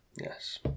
yes